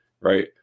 right